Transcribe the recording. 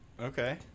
Okay